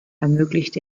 ermöglicht